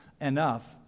enough